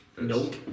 nope